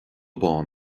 bán